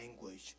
language